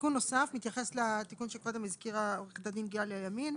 תיקון נוסף מתייחס לתיקון שקודם הזכירה עו"ד גליה ימין.